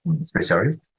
specialist